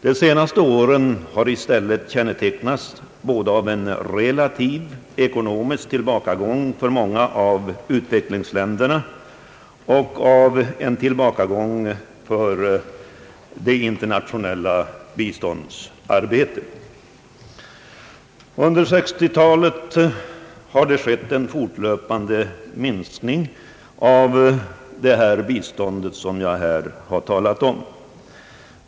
De senaste åren har i stället kännetecknats både av en relativ ekonomisk tillbakagång för många av utvecklingsländerna och av en tillbakagång för det internationella biståndsarbetet. Under 1960-talet har det skett en fortlöpande minskning av detta bistånd.